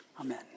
Amen